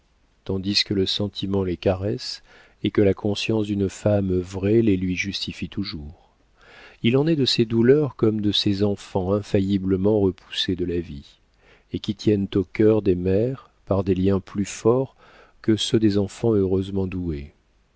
tandis que le sentiment les caresse et que la conscience d'une femme vraie les lui justifie toujours il en est de ces douleurs comme de ces enfants infailliblement repoussés de la vie et qui tiennent au cœur des mères par des liens plus forts que ceux des enfants heureusement doués